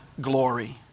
glory